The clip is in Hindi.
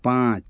पाँच